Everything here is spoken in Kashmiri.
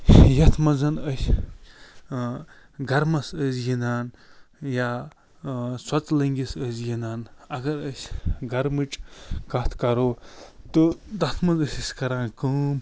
یتھ منٛز أسۍ گَرمَس ٲسۍ گنٛدان یا سۄژلٔنٛگِس ٲسۍ گِنٛدان اگر أسۍ گَرمٕچ کتھ کَرو تہٕ تتھ منٛز ٲسۍ أسۍ کَران کٲم